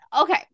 Okay